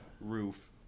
roof